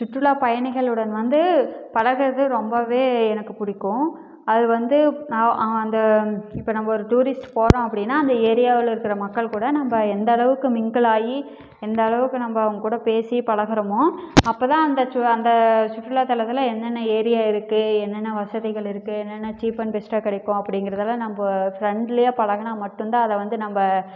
சுற்றுலா பயணிகளுடன் வந்து பழகுறது ரொம்பவே எனக்கு பிடிக்கும் அது வந்து நான் ஆ அந்த இப்போ நம்ம ஒரு டூரிஸ்ட்டு போகிறோம் அப்படினால் அந்த ஏரியாவில் இருக்கிற மக்கள் கூட நம்ப எந்த அளவுக்கு மிங்கில் ஆகி எந்த அளவுக்கு நம்ப அவங்ககூட பேசி பழகுகிறோமோ அப்போதான் அந்த சுவ அந்த சுற்றுலா தலத்தில் என்னென்ன ஏரியா இருக்குது என்னென்ன வசதிகள் இருக்குது என்னென்ன சீப் அண் பெஸ்டாக கிடைக்கும் அப்படிங்குறதெலான் நம்ப ஃபிரண்லியாக பழகினா மட்டும்தான் அதை வந்து நம்ப